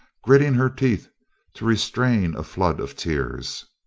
gritting her teeth to restrain a flood of tears.